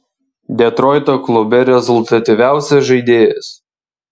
detroito klube rezultatyviausias žaidėjas